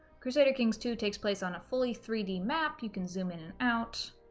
crusader kings two takes place on a fully three d map you can zoom in and out,